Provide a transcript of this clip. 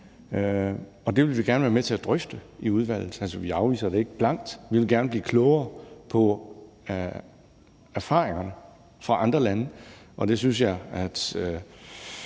Det vil vi gerne være med til at drøfte i udvalget. Altså, vi afviser det ikke blankt. Vi vil gerne blive klogere på erfaringerne fra andre lande, og det synes jeg at